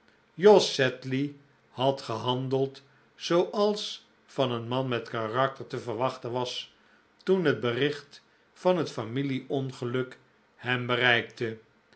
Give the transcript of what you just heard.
jos sedley had gehandeld zooals van een man met karakter te verwachten was toen het bericht van het familie ongeluk hem bereikte